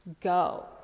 Go